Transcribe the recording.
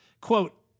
Quote